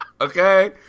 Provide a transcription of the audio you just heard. Okay